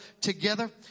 together